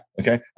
okay